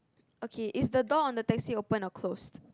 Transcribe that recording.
okay is the door on the taxi open or closed